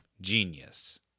genius